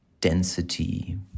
density